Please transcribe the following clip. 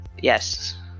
Yes